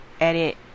edit